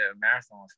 marathon